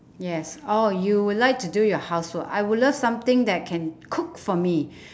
yes oh you would like to do your housework I would love something that can cook for me